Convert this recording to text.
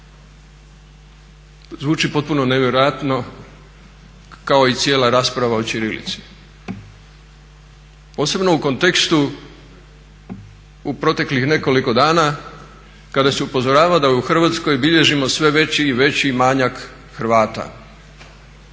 zvuči potpuno nevjerojatno kao i cijela rasprava o ćirilici posebno u kontekstu u proteklih nekoliko dana kada se upozorava da u Hrvatskoj bilježimo sve veći i veći manjak Hrvata,